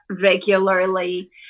regularly